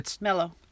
Mellow